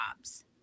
jobs